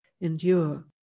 endure